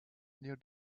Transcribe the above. near